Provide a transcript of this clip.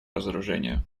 разоружению